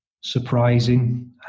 surprising